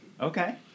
Okay